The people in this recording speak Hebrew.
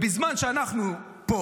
בזמן שאנחנו פה